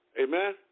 amen